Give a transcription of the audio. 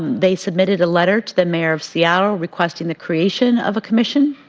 they submitted a letter to the mayor of seattle requesting the creation of a commission.